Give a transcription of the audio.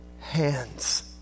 hands